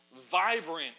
vibrant